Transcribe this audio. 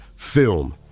film